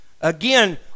Again